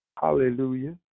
Hallelujah